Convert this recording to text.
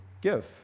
Give